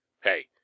Hey